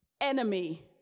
enemy